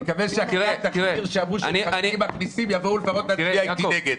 אני מקווה --- יבואו לפחות להצביע איתי נגד.